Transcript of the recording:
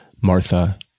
Martha